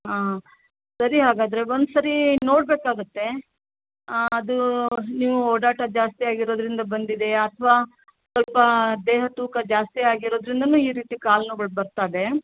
ಆಂ ಸರಿ ಹಾಗಾದರೆ ಒಂದ್ಸಾರಿ ನೋಡಬೇಕಾಗುತ್ತೆ ಅದು ನೀವು ಓಡಾಟ ಜಾಸ್ತಿಯಾಗಿರೋದರಿಂದ ಬಂದಿದೆಯಾ ಅಥವಾ ಸ್ವಲ್ಪ ದೇಹದ ತೂಕ ಜಾಸ್ತಿಯಾಗಿರೋದರಿಂದನೂ ಈ ರೀತಿ ಕಾಲು ನೋವುಗಳು ಬರ್ತವೆ